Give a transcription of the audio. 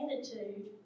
attitude